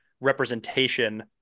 representation